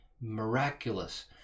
miraculous